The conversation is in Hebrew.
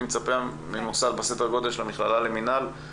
מצפה ממוסד בסדר גודל של המכללה למינהל,